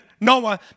Noah